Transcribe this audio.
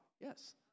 Yes